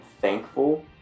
thankful